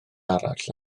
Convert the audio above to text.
arall